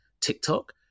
TikTok